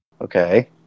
Okay